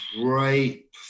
Great